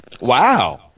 Wow